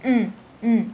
mm mm